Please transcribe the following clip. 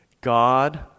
God